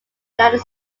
united